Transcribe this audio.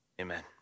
Amen